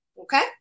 okay